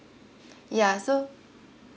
ya so